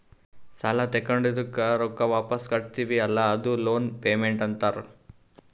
ಸಾಲಾ ತೊಂಡಿದ್ದುಕ್ ರೊಕ್ಕಾ ವಾಪಿಸ್ ಕಟ್ಟತಿವಿ ಅಲ್ಲಾ ಅದೂ ಲೋನ್ ಪೇಮೆಂಟ್ ಅಂತಾರ್